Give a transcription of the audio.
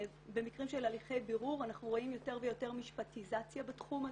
במקרים של הליכי בירור אנחנו רואים יותר ויותר משפטיזציה בתחום הזה,